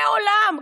מעולם.